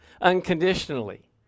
unconditionally